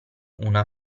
una